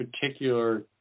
particular